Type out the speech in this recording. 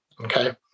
Okay